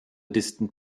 distant